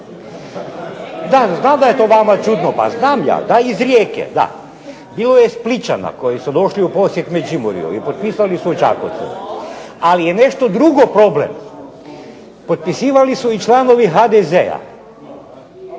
Da znam da je to vama čudno, pa znam ja. Da iz Rijeke, da. Bilo je Splićana koji su došli u posjet Međimurju i potpisali su u Čakovcu. Ali je nešto drugo problem. Potpisivali su i članovi HDZ-a.